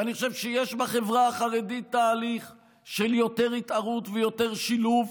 ואני חושב שיש בחברה החרדית תהליך של יותר התערות ויותר שילוב,